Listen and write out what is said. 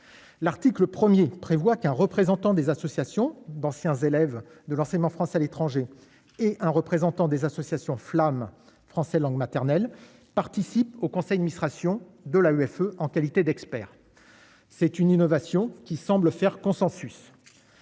l'article 1er prévoit qu'un représentant des associations d'anciens élèves de l'enseignement français à l'étranger et un représentant des associations flamme français langue maternelle participe au conseil administration de la greffe en qualité d'expert. C'est une innovation qui semble faire consensus,